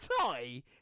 tie